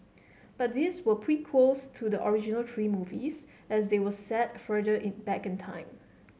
but these were prequels to the original three movies as they were set further in back in time